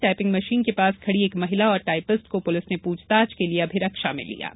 typing machine के पास खड़ी एक महिला और टाइपिस्ट को पुलिस ने पूछताछ के लिए अभिरक्षा में लिया है